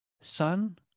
Son